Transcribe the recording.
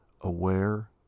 aware